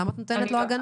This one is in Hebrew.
למה את נותנת לו הגנה?